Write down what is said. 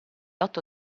otto